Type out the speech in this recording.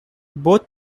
both